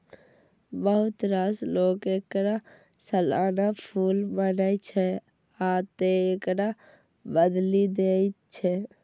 बहुत रास लोक एकरा सालाना फूल मानै छै, आ तें एकरा बदलि दै छै